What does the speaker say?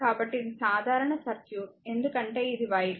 కాబట్టి ఇది సాధారణ సర్క్యూట్ ఎందుకంటే ఇది వైర్